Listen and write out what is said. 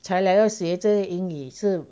才来到卸职英语是